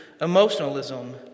emotionalism